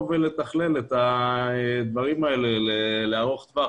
ולתכלל את הדברים האלה באופן ארוך טווח,